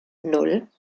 nan